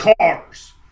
cars